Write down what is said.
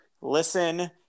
listen